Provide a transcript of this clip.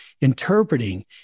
interpreting